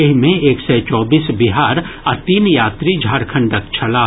एहि मे एक सय चौबीस बिहारक आ तीन यात्री झारखंडक छलाह